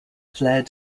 fled